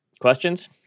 Questions